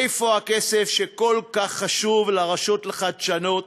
איפה הכסף שכל כך חשוב לרשות לחדשנות,